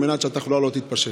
על מנת שהתחלואה לא תתפשט.